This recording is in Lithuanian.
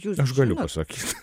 aš galiu pasakyt